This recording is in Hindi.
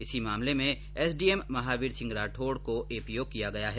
इसी मामले में एसडीएम महावीर सिंह राठौड का एपीओ किया गया है